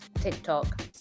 TikTok